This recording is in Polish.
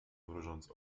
mrużąc